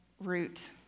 root